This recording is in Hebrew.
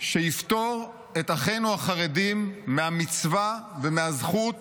שיפטור את אחינו החרדים מהמצווה ומהזכות